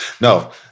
No